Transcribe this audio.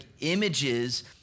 images